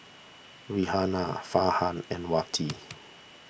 Raihana Farhan and Wati